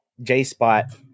JSpot